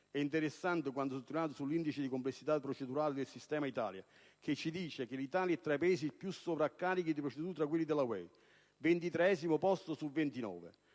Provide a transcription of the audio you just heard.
È interessante quanto sottolineato sull'indice di complessità procedurale del sistema Italia che ci dice che l'Italia è tra i Paesi più sovraccarichi di procedure tra quelli della UE (si colloca al